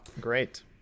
great